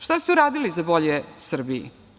Šta ste uradili za bolje Srbiji?